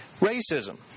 racism